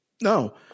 No